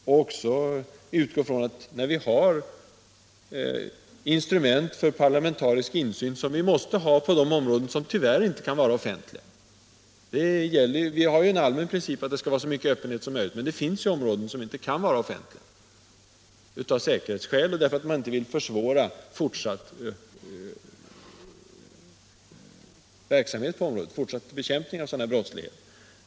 Vi har också instrument för parlamentarisk insyn på de områden som tyvärr inte kan vara offentliga. Vi har ju som allmän princip att det skall vara så mycket öppenhet som möjligt. Men det finns ändå områden som inte kan vara offentliga av säkerhetsskäl, t.ex. för att man inte vill försvåra fortsatt brottsbekämpning.